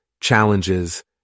challenges